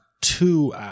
two